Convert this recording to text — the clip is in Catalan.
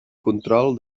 control